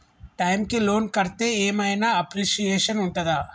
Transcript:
Time కి loan కడ్తే ఏం ఐనా అప్రిషియేషన్ ఉంటదా?